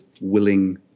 willing